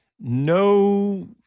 No